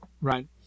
Right